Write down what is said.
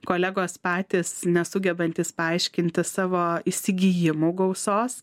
kolegos patys nesugebantys paaiškinti savo įsigijimų gausos